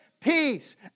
peace